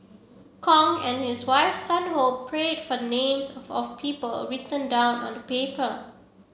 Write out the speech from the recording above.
Kong and his wife Sun Ho prayed for names of of people written down on the paper